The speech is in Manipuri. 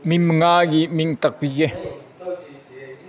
ꯃꯤ ꯃꯉꯥꯒꯤ ꯃꯤꯡ ꯇꯥꯛꯄꯤꯒꯦ